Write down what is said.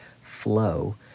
flow